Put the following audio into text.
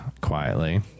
quietly